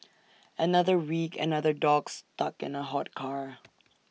another week another dog stuck in A hot car